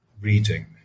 reading